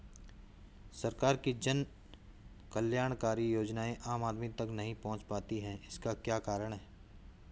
सरकार की जन कल्याणकारी योजनाएँ आम आदमी तक नहीं पहुंच पाती हैं इसका क्या कारण है?